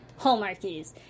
Hallmarkies